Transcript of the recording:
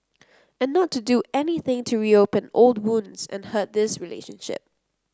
and not to do anything to reopen old wounds and hurt this relationship